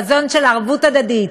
חזון של ערבות הדדית.